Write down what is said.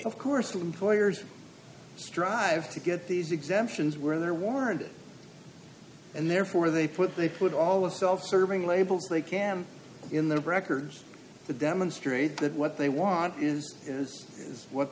of course employers strive to get these exemptions where they're warranted and therefore they put they put all the self serving labels they can in the record to demonstrate that what they want is what